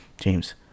James